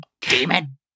demon